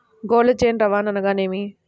Cold chain రవాణా అనగా నేమి?